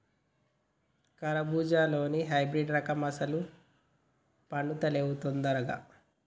కర్బుజాలో హైబ్రిడ్ రకం అస్సలు పండుతలేవు దొందరగా